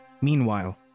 Meanwhile